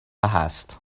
هست